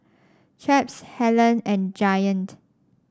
Chaps Helen and Giant